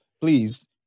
Please